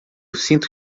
sinto